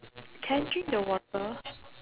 can I drink the water